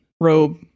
robe